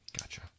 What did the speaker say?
Gotcha